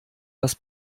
das